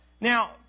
Now